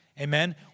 Amen